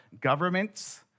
governments